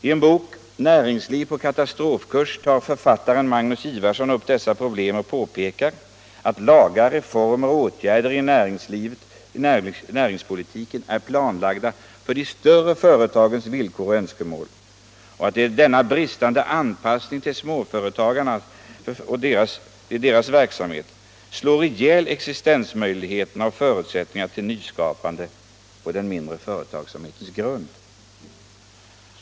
I boken ”Näringsliv på katastrofkurs” tar författaren Magnus Ivarsson upp dessa problem och påpekar att lagar, reformer och åtgärder i näringspolitiken är planlagda för de större företagens villkor och önskemål, och att denna bristande anpassning till småföretagsamheten slår ihjäl existensmöjligheterna och förutsättningarna till nyskapande på den mindre företagsamhetens grund.